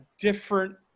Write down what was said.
different